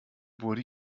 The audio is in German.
wurde